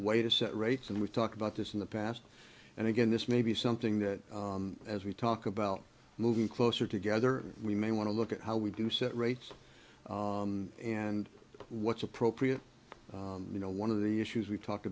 way to set rates and we talked about this in the past and again this may be something that as we talk about moving closer together we may want to look at how we do set rates and what's appropriate you know one of the issues we talked